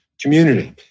community